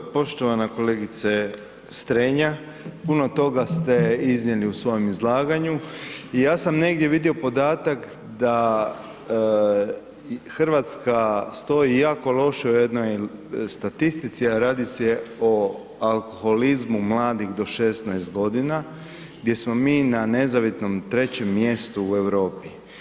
Poštovana kolegice Strenja, puno toga ste iznijeli u svom izlaganju i ja sam negdje vidio podatak da RH stoji jako loše u jednoj statistici, a radi se o alkoholizmu mladih do 16.g. gdje smo mi na nezavidnom 3. mjestu u Europi.